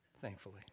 thankfully